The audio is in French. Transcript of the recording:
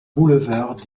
boulevard